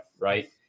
right